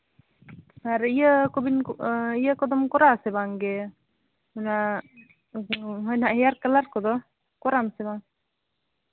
ᱟᱨ ᱤᱭᱟᱹ ᱠᱚᱵᱤᱱ ᱤᱭᱟᱹ ᱠᱚᱫᱚᱢ ᱠᱚᱨᱟᱣ ᱟᱥᱮ ᱵᱟᱝ ᱜᱮ ᱚᱱᱟ ᱦᱮᱭᱟᱨ ᱠᱟᱞᱟᱨ ᱠᱚᱫᱚ ᱠᱚᱨᱟᱣ ᱟᱢ ᱥᱮ ᱵᱟᱝ